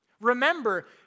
Remember